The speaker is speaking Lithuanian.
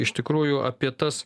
iš tikrųjų apie tas